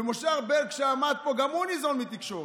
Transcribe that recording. ומשה ארבל, שעמד פה, גם הוא ניזון מתקשורת.